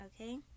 Okay